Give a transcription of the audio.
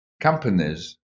companies